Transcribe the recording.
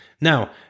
Now